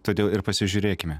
todėl ir pasižiūrėkime